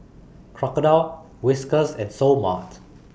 Crocodile Whiskas and Seoul Mart